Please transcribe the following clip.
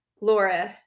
Laura